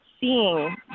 seeing